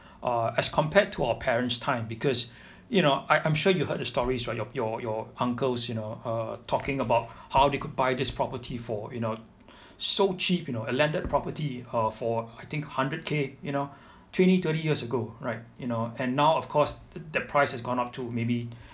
uh as compared to our parents time because you know I I'm sure you heard the stories right your your uncles you know uh talking about how they could buy this property for you know so cheap you know a landed property uh for I think hundred K you know twenty twenty years ago right you know and now of course th~ the price has gone up to maybe